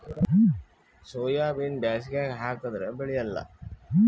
ಸೋಯಾಬಿನ ಬ್ಯಾಸಗ್ಯಾಗ ಹಾಕದರ ಬೆಳಿಯಲ್ಲಾ?